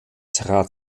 trat